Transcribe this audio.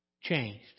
changed